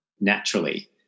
naturally